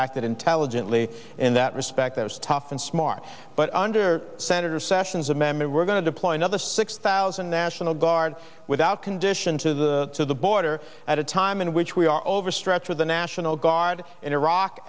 acted intelligently in that respect that is tough and smart but under senator sessions amendment we're going to deploy another six thousand national guard without condition to the to the border at a time in which we are overstretched with the national guard in iraq